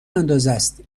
اندازست